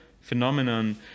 phenomenon